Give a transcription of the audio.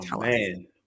man